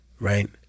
right